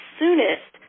soonest